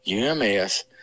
UMS